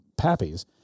pappies